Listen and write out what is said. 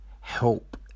help